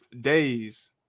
Days